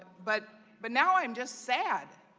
but but now, i'm just sad.